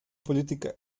política